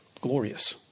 glorious